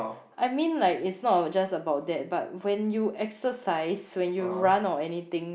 I mean like it's not just about that but when you exercise when you run or anything